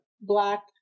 black